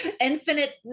infinite